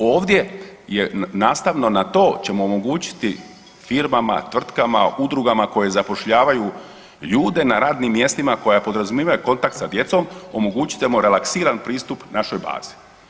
Ovdje je nastavno na to ćemo omogućiti firmama, tvrtkama, udruga koje zapošljavaju ljude na radnim mjestima koja podrazumijevaju kontakt sa djecom, omogućit ćemo relaksiran pristup našoj bazi.